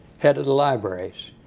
head of the libraries.